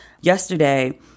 Yesterday